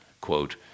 quote